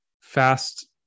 fast